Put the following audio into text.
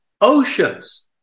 oceans